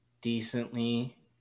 decently